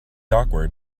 awkward